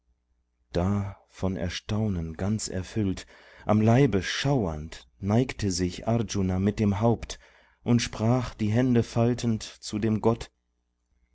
da von erstaunen ganz erfüllt am leibe schauernd neigte sich arjuna mit dem haupt und sprach die hände faltend zu dem gott